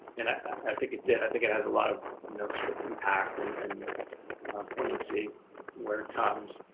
and i think it did i think it has a lot of you know sort of impact and and poignancy where it comes.